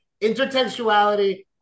intertextuality